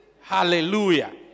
Hallelujah